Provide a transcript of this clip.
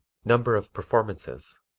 number of performances